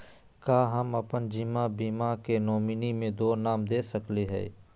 का हम अप्पन जीवन बीमा के नॉमिनी में दो नाम दे सकली हई?